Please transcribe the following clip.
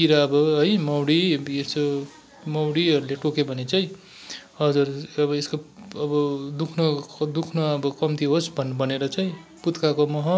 किरा अब है मौरी बिच्छु मौरीहरूले टोक्यो भने चाहिँ हजुर अब यसको अब दुख्नु दुख्न अब कम्ती होस् भनेर चाहिँ फुत्काको मह